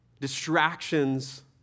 distractions